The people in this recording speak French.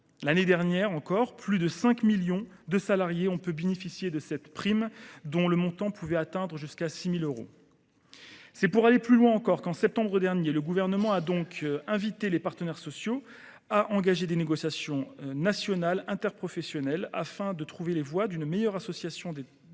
L’année dernière, plus de 5 millions de salariés ont pu bénéficier de cette prime, dont le montant peut atteindre 6 000 euros. C’est pour aller plus loin encore que, en septembre 2022, le Gouvernement a invité les partenaires sociaux à engager une négociation nationale interprofessionnelle afin de trouver les voies d’une meilleure association des